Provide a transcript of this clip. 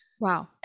Wow